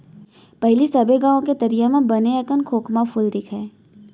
पहिली सबे गॉंव के तरिया म बने अकन खोखमा फूल दिखय